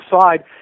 side